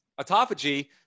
autophagy